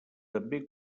també